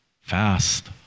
fast